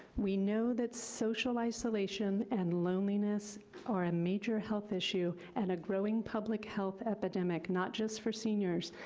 we know that social isolation and loneliness are a major health issue and a growing public health epidemic, not just for seniors,